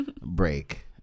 break